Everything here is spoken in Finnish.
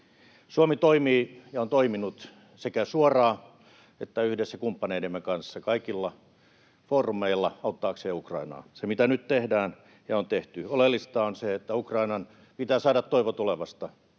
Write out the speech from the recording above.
Suomi toimii ja on toiminut sekä suoraan että yhdessä kumppaneidemme kanssa kaikilla foorumeilla auttaakseen Ukrainaa sillä, mitä nyt tehdään ja on tehty. Oleellista on se, että Ukrainan pitää saada toivo tulevasta.